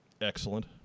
Excellent